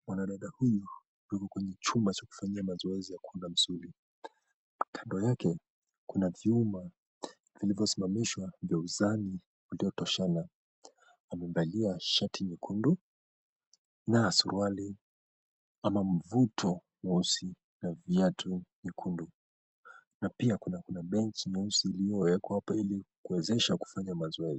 Mwanadada huyu yuko kwenye chumba cha kufanyia mazoezi ya kuunda msuli kando yake kuna vyuma vilivyo simamamishwa vya uzani uliotoshana, amevalia shati nyekundu na suruali ama mvuto mweusi na viatu nyekundu na pia kuna benchi nyeusi iliyowekwa hapo ili kuwezesha kufanya mazoezi.